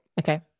Okay